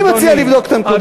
אני מציע לבדוק את הנקודה הזאת.